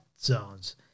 zones